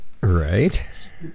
Right